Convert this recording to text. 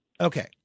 Okay